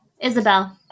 Isabel